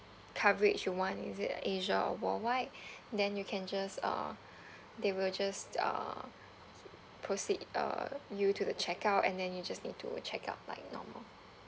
coverage you want is it asia or worldwide then you can just uh they will just uh proceed uh you to the check out and then you just need to check out like normal